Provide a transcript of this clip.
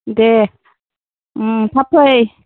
दे थाब फै